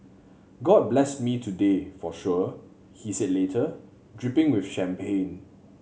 god blessed me today for sure he said later dripping with champagne